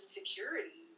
security